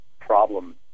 problem